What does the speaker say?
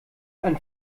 ein